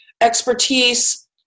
expertise